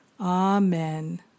Amen